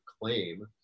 claim